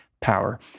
power